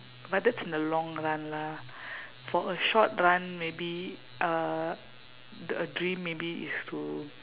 but that's in the long run lah for a short run maybe uh d~ a dream maybe is to